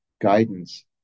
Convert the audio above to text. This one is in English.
guidance